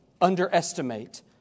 underestimate